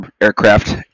aircraft